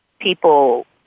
people